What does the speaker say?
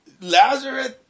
Lazarus